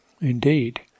indeed